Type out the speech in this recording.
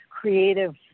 creative